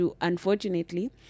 Unfortunately